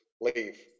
leave